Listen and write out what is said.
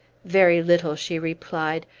very little, she replied.